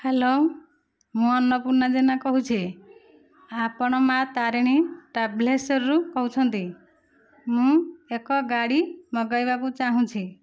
hello ମୁଁ ଅନ୍ନପୂର୍ଣ୍ଣା ଜେନା କହୁଛି ଆପଣ ମା' ତାରିଣୀ ଟ୍ରାଭେଲର୍ସରୁ କହୁଛନ୍ତି ମୁଁ ଏକ ଗାଡ଼ି ମଗାଇବାକୁ ଚାହୁଁଛି